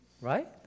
right